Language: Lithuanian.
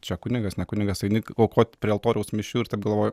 čia kunigas ne kunigas eini aukot prie altoriaus mišių ir taip galvoji